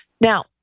Now